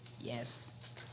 Yes